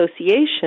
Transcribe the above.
association